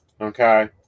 Okay